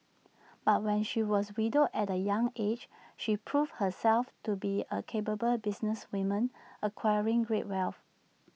but when she was widowed at A young aged she proved herself to be A capable businesswoman acquiring great wealth